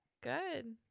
good